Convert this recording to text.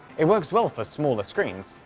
it works well for smaller screens,